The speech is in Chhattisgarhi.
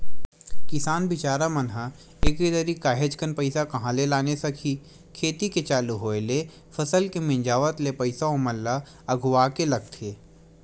किसान बिचारा मन ह एके दरी काहेच कन पइसा कहाँ ले लाने सकही खेती के चालू होय ले फसल के मिंजावत ले पइसा ओमन ल अघुवाके लगथे